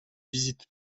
visite